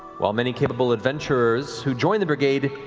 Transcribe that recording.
while many capable adventurers who join the brigade,